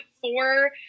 four